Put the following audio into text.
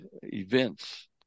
events